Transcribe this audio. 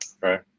Right